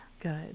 good